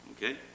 Okay